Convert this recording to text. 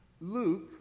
Luke